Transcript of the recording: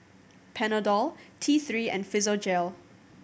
Panadol T Three and Physiogel